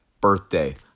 birthday